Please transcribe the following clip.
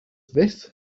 this